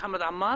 חמד עמאר.